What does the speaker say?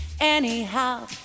anyhow